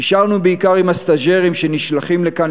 נשארנו בעיקר עם הסטאז'רים שנשלחים לכאן